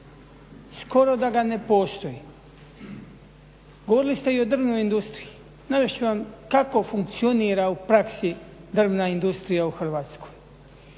Skoro da ga ne postoji. Govorili ste i o drvnoj industriji, navest ću vam kako funkcionira u praksi drvna industrija u Hrvatskoj.